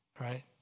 right